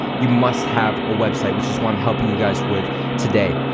you must have a website which is what i'm helping you guys with today.